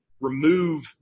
remove